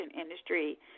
industry